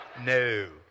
no